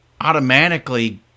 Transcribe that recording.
automatically